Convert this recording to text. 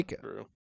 true